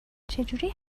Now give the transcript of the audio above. چجوری